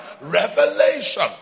revelation